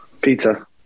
pizza